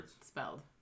spelled